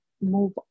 move